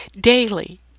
Daily